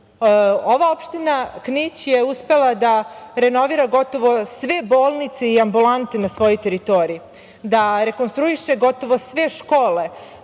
opština Knić je uspela da renovira gotovo sve bolnice i ambulante na svojoj teritoriji, da rekonstruiše gotovo sve škole,